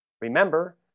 remember